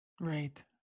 Right